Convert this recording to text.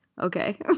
Okay